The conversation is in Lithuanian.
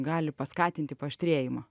gali paskatinti paaštrėjimą